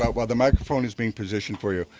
but while the microphone is being positioned for you,